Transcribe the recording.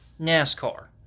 NASCAR